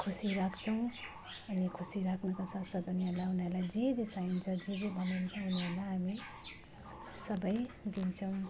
खुसी राख्छौँ अनि खुसी राख्नुको साथसाथ उनीहरूलाई उनीहरूलाई जे जे चाहिन्छ जे जे बनिन्छ उनीहरूलाई हामी सबै दिन्छौँ